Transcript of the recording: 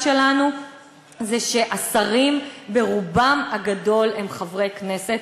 שלנו זה שהשרים ברובם הגדול הם חברי כנסת,